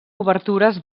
obertures